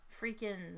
freaking